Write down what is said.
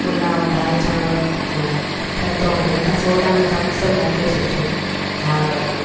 पुलाव दालि चांवरु हा थधो हुन मथां सोडा में थमसप मोकिले छॾिजो हा भले